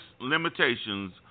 limitations